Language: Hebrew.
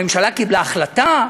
הממשלה קיבלה החלטה?